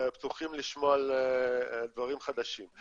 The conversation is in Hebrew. פתוחים לשמוע על דברים חדשים.